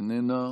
איננה,